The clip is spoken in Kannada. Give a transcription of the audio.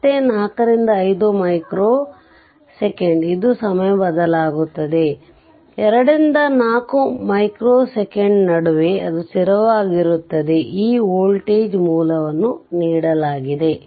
ಮತ್ತೆ 4 ರಿಂದ 5 ಮೈಕ್ರೋ ಸೆಕೆಂಡ್ ಇದು ಸಮಯ ಬದಲಾಗುತ್ತದೆ 2 ರಿಂದ 4 ಮೈಕ್ರೋ ಸೆಕೆಂಡ್ ನಡುವೆ ಅದು ಸ್ಥಿರವಾಗಿರುತ್ತದೆ ಈ ವೋಲ್ಟೇಜ್ ಮೂಲವನ್ನು ನೀಡಲಾಗಿದೆ